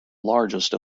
largest